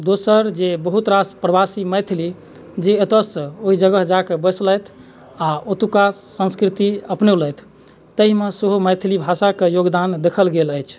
दोसर जे बहुत रास प्रवासी मैथिली जे एतऽसँ ओहि जगह जाकऽ बैसलथि आओर ओतुका संस्कृति अपनौलथि ताहिमे सेहो मैथिली भाषाके योगदान देखल गेल अछि